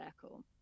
circle